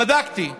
בדקתי: